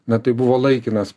na tai buvo laikinas